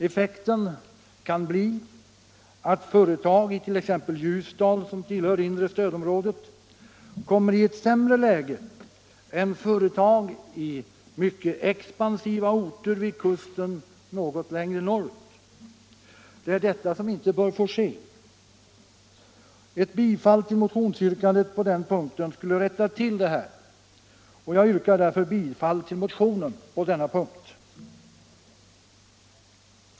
Effekten kan bli att företag i t.ex. Ljusdal, som tillhör inre stödområdet, kommer i ett sämre läge än företag i mycket expansiva orter vid kusten något längre norrut. Det är detta som inte bör få ske. Ett bifall till motionsyrkandet skulle rätta till det, och jag yrkar därför bifall till motionen på denna punkt.